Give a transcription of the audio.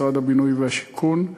משרד הבינוי והשיכון,